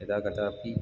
यदा कदापि